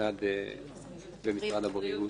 ומשרד הבריאות.